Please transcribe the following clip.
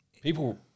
people